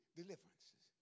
deliverances